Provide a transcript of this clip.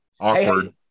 Awkward